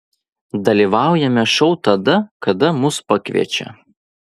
dalyvaujame šou tada kada mus pakviečia